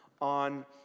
on